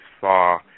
saw